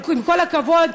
אבל עם כל הכבוד,